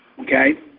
okay